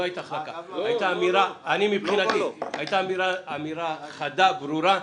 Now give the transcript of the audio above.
לא הייתה החלקה, מבחינתי הייתה אמירה חדה, ברורה,